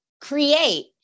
create